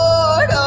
Lord